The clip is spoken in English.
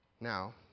Now